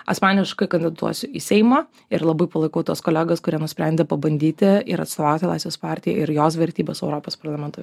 asmeniškai kandidatuosiu į seimą ir labai palaikau tuos kolegas kurie nusprendė pabandyti ir atstovauti laisvės partijai ir jos vertybes europos parlamento